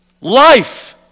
Life